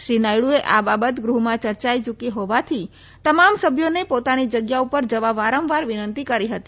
શ્રી નાયડુએ આ બાબત ગૃહમાં ચર્ચાઇ યુકાઇ હોવાથી તમામ સભ્યોને પોતાની જગ્યા પર જવા વારંવાર વિનંતી કરી હતી